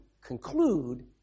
conclude